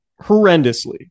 horrendously